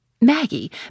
Maggie